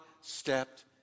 stepped